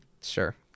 sure